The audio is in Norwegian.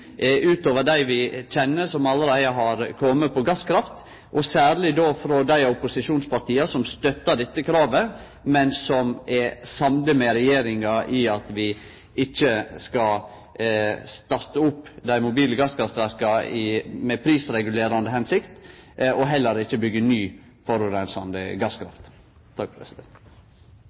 utover dei vi kjenner, som allereie har kome når det gjeld gasskraft, og særleg frå dei opposisjonspartia som stør dette kravet, men som er samde med regjeringa i at vi ikkje skal starte opp dei mobile gasskraftverka med prisregulerande hensikt, og heller ikkje